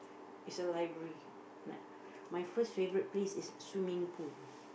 is the library like my first favourite place is the swimming pool